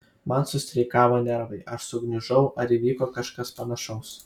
man sustreikavo nervai aš sugniužau ar įvyko kažkas panašaus